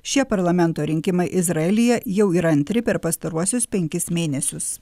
šie parlamento rinkimai izraelyje jau yra antri per pastaruosius penkis mėnesius